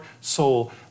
soul